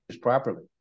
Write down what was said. properly